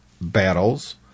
battles